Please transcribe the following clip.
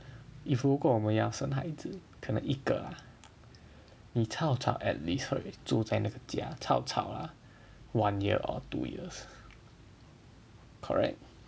if 如果我们要生孩子可能一个 ah 你 chao chao at least 会住在那个家 chao chao lah one year or two years correct